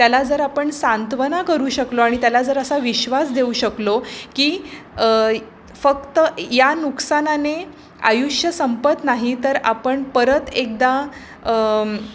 त्याला जर आपण सांत्वना करू शकलो आणि त्याला जर असा विश्वास देऊ शकलो की फक्त या नुकसानाने आयुष्य संपत नाही तर आपण परत एकदा